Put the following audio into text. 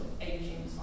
aging